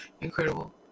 incredible